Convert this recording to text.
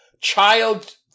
child –